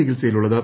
ചികിത്സയിലുള്ളത്